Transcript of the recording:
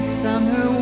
summer